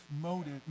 motive